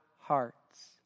hearts